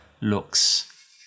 looks